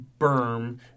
berm